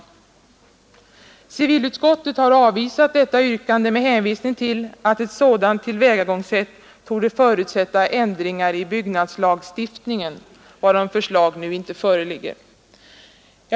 Civilutskottet har avvisat detta yrkande med hänvisning till att ett sådant = tillvägagångssätt torde förutsätta ändringar i byggnads lagstiftningen, varom förslag nu inte föreligger.